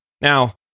Now